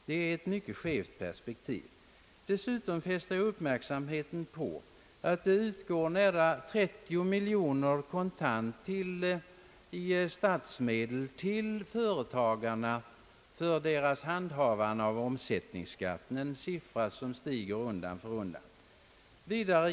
Det är ett mycket skevt perspektiv. Dessutom fäster jag uppmärksamheten på att det utgår nära 30 miljoner kronor kontant av statsmedel till affärsmännen för deras handhavande av omsättningsskatten — en siffra som stiger undan för undan.